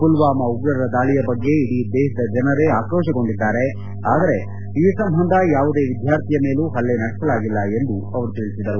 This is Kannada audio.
ಮಲ್ವಾಮ ಉಗ್ರರ ದಾಳಿಯ ಬಗ್ಗೆ ಇಡೀ ದೇಶದ ಜನರೇ ಆಕ್ರೋಶಗೊಂಡಿದ್ದಾರೆ ಆದರೆ ಈ ಸಂಬಂಧ ಯಾವುದೇ ವಿದ್ಕಾರ್ಥಿಯ ಮೇಲೂ ಹಲ್ಲೆ ನಡೆಸಲಾಗಿಲ್ಲ ಎಂದು ಅವರು ತಿಳಿಸಿದರು